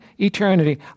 eternity